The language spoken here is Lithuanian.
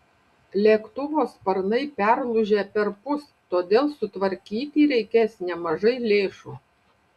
lėktuvo sparnai perlūžę perpus todėl sutvarkyti reikės nemažai lėšų